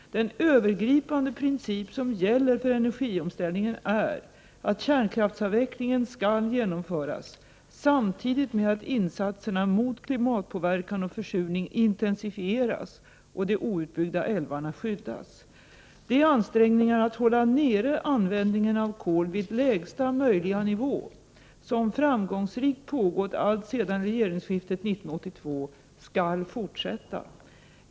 Den övergripande princip som gäller för energiomställningen är att kärnkraftsavvecklingen skall genomföras samtidigt med att insatserna mot klimatpåverkan och försurning intensifieras och de outbyggda älvarna skyddas. De ansträngningar att hålla nere användningen av kol vid lägsta möjliga nivå som framgångsrikt pågått alltsedan regeringsskiftet 1982 skall fortsätta.